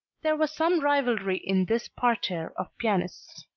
there was some rivalry in this parterre of pianists.